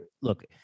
look